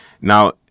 now